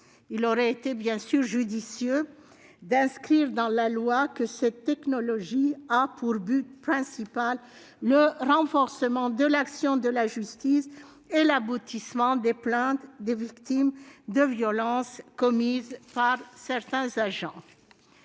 Il aurait évidemment été judicieux d'inscrire dans la loi que cette technologie a pour objet principal le renforcement de l'action de la justice et l'aboutissement des plaintes des victimes de violences commises par certains agents.